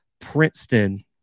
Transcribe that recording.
Princeton